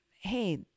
hey